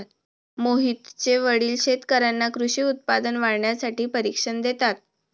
मोहितचे वडील शेतकर्यांना कृषी उत्पादन वाढवण्यासाठी प्रशिक्षण देतात